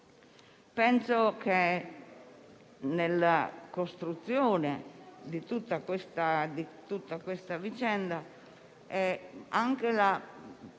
penso che nella costruzione di tutta questa vicenda anche la